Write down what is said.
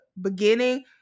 beginning